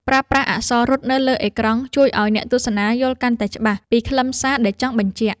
ប្រើប្រាស់អក្សររត់នៅលើអេក្រង់ជួយឱ្យអ្នកទស្សនាយល់កាន់តែច្បាស់ពីខ្លឹមសារដែលចង់បញ្ជាក់។